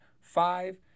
five